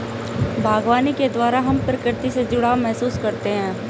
बागवानी के द्वारा हम प्रकृति से जुड़ाव महसूस करते हैं